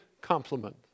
compliment